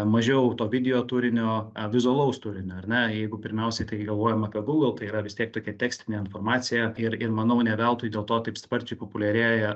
mažiau to video turinio vizualaus turinio ar ne jeigu pirmiausiai tai galvojam apie google tai yra vis tiek tokia tekstinė informacija ir ir manau ne veltui dėl to taip sparčiai populiarėja